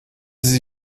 sie